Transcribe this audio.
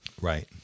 Right